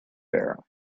bear